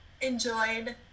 enjoyed